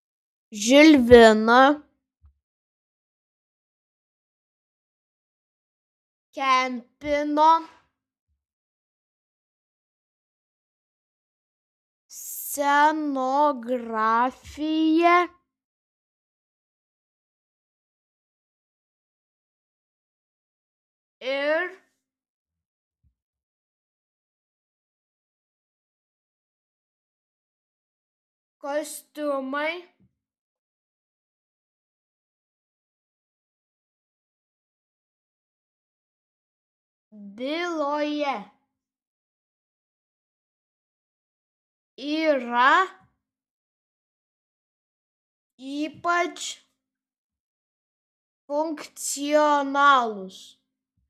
žilvino kempino scenografija ir kostiumai byloje yra ypač funkcionalūs